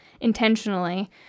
intentionally